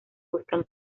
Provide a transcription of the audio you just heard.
buscan